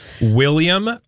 William